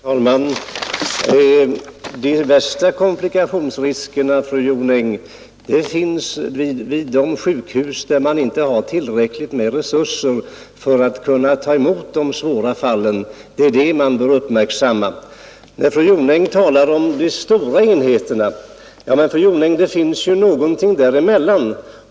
Herr talman! De värsta komplikationsriskerna, fru Jonäng, finns vid de sjukhus där man inte har tillräckligt med resurser för att kunna ta emot de svåra fallen. Det är det man bör uppmärksamma. Fru Jonäng talar om de stora enheterna. Men, fru Jonäng, det finns ju någonting däremellan.